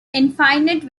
infinite